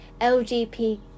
lgp